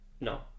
No